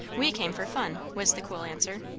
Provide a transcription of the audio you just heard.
we came for fun, was the cool answer.